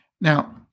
Now